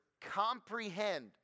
comprehend